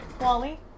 Wally